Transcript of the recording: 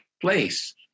place